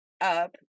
up